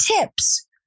tips